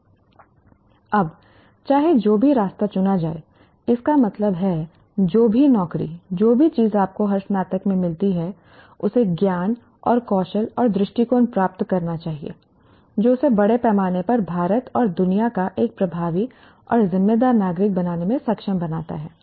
अब चाहे जो भी रास्ता चुना जाए इसका मतलब है कि जो भी नौकरी जो भी चीज आपको हर स्नातक में मिलती है उसे ज्ञान और कौशल और दृष्टिकोण प्राप्त करना चाहिए जो उसे बड़े पैमाने पर भारत और दुनिया का एक प्रभावी और जिम्मेदार नागरिक बनने में सक्षम बनाता है